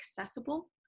accessible